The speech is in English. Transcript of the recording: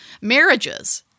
marriages